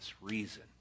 reason